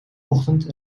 ochtend